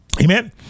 Amen